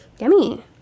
Yummy